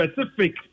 specific